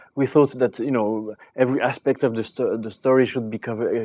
we thought that that you know every aspect of the story the story should be covered